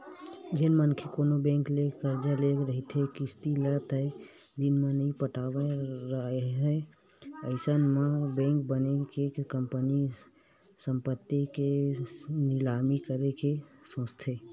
जेन मनखे कोनो बेंक ले करजा ले रहिथे किस्ती ल तय दिन म नइ पटावत राहय अइसन म बेंक मनखे के संपत्ति के निलामी करे के सोचथे